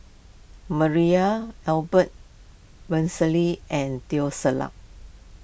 Maria Albert and Teo Ser Luck